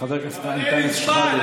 החשב הכללי.